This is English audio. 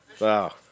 Wow